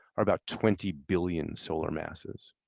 are about twenty billion solar masses.